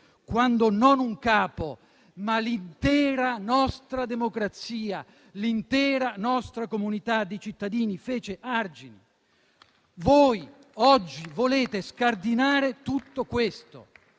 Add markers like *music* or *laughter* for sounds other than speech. quando non un capo, ma l'intera nostra democrazia, l'intera nostra comunità dei cittadini fece argine. *applause* Voi oggi volete scardinare tutto questo,